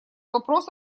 вопрос